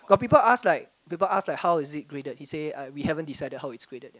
got people ask like people ask like how is it graded he say uh we haven't decided how it's graded